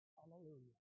Hallelujah